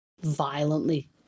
violently